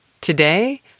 Today